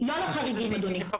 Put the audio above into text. לא לחריגים, אדוני.